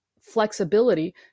flexibility